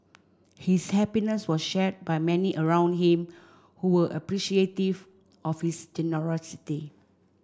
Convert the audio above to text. his happiness was shared by many around him who were appreciative of his generosity